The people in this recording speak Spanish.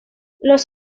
los